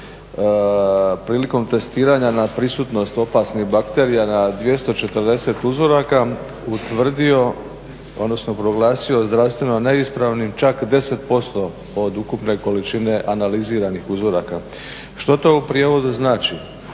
prilikom testiranja na prisutnost opasnih bakterija na 240 uzoraka utvrdio, odnosno proglasio zdravstveno neispravnim čak 10% od ukupne količine analiziranih uzoraka. Što to u prijevodu znači?